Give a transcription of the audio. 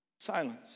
silence